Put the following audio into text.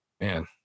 man